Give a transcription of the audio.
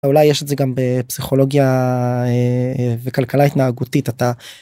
אולי יש את זה גם בפסיכולוגיה וכלכלה התנהגותית אתה.